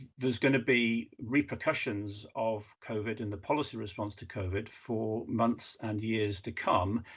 there's gonna be repercussions of covid in the policy response to covid for months and years to come,